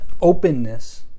openness